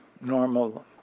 normal